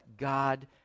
God